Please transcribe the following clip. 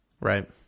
Right